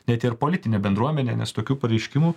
net ir politinę bendruomenę nes tokių pareiškimų